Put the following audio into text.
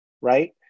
right